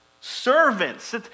servants